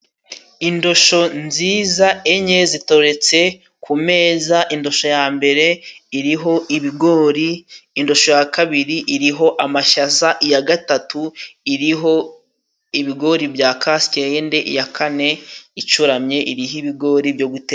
Indosho nziza enye zitondetse ku meza, indosho ya mbere iriho ibigori, indosho ya kabiri iriho amashaza, iya gatatu iriho ibigori bya castende, iya kane icuramye iriho ibigori byo guteka.